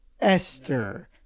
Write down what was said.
Esther